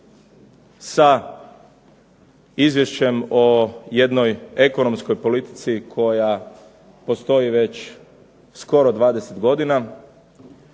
sa izvješćem o jednoj ekonomskoj politici koja postoji već skoro 20 godina,